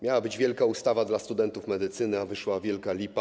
Miała być wielka ustawa dla studentów medycyny, a wyszła wielka lipa.